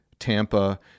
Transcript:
Tampa